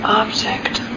object